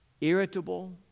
irritable